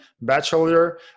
Bachelor